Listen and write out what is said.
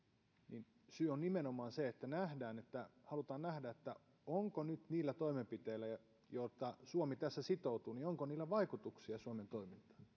on nimenomaan se että halutaan nähdä onko nyt niillä toimenpiteillä joihin suomi tässä sitoutuu vaikutuksia suomen toimintaan täytyy